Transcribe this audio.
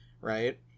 right